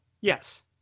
Yes